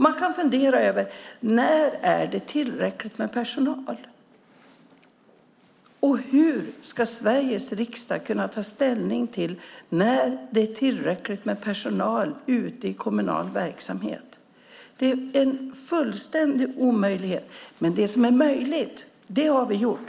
Man kan fundera över frågan när det är tillräckligt med personal och hur Sveriges riksdag ska kunna ta ställning till när det är tillräckligt med personal ute i kommunal verksamhet. Det är en fullständig omöjlighet! Det som är möjligt har vi gjort.